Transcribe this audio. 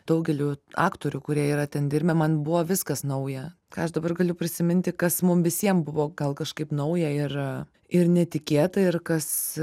daugeliu aktorių kurie yra ten dirbę man buvo viskas nauja ką aš dabar galiu prisiminti kas mum visiems buvo gal kažkaip nauja ir ir netikėta ir kas